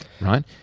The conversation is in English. right